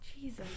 Jesus